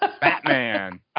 Batman